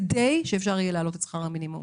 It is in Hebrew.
כדי שאפשר יהיה להעלות את שכר המינימום.